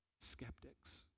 skeptics